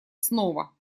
снова